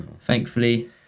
Thankfully